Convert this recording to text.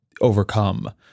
overcome